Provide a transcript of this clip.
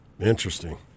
Interesting